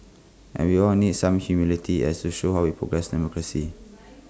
and we all need some humility as show how we progress democracy